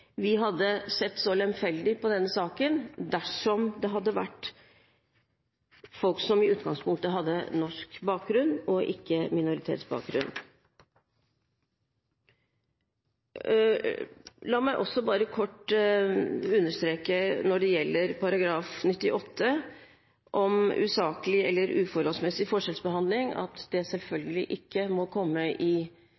vi hadde sett så lemfeldig på denne saken dersom det hadde vært folk som i utgangspunktet hadde norsk bakgrunn og ikke minoritetsbakgrunn. La meg også bare kort understreke når det gjelder § 98 om usaklig eller uforholdsmessig forskjellsbehandling, at det